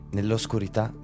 Nell'oscurità